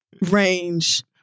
range